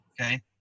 Okay